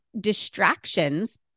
distractions